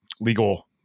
legal